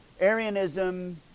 Arianism